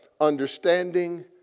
understanding